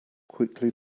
quickly